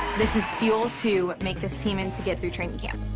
this is fuel to make this team and to get through training camp.